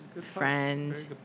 friend